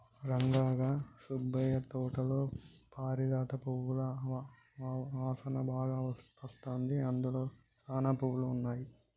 రంగా గా సుబ్బయ్య తోటలో పారిజాత పువ్వుల ఆసనా బాగా అస్తుంది, అందులో సానా పువ్వులు ఉన్నాయి